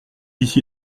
ici